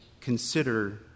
consider